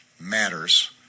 matters